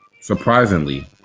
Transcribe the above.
Surprisingly